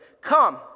Come